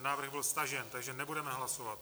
Ten návrh byl stažen, takže nebudeme hlasovat.